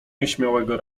nieśmiałego